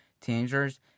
teenagers